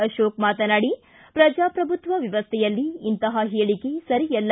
ಅಶೋಕ ಮಾತನಾಡಿ ಪ್ರಜಾಪ್ರಭುತ್ವ ವ್ಯವಸ್ಥೆಯಲ್ಲಿ ಇಂತಹ ಹೇಳಿಕೆ ಸರಿಯಲ್ಲ